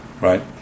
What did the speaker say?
right